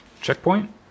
checkpoint